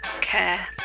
care